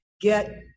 get